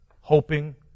hoping